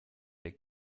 der